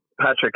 Patrick